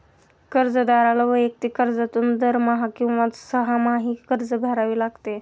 कर्जदाराला वैयक्तिक कर्जातून दरमहा किंवा सहामाही कर्ज भरावे लागते